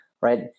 right